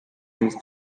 least